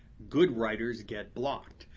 good writers get blocked.